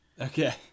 Okay